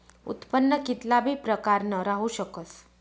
उत्पन्न कित्ला बी प्रकारनं राहू शकस